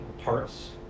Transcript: parts